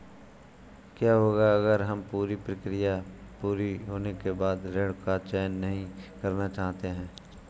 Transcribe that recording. क्या होगा अगर हम पूरी प्रक्रिया पूरी होने के बाद ऋण का चयन नहीं करना चाहते हैं?